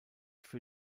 für